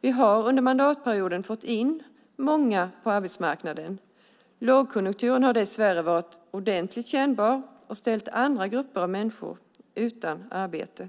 Vi har under mandatperioden fått in många på arbetsmarknaden. Lågkonjunkturen har dess värre varit ordentligt kännbar och ställt andra grupper av människor utan arbete.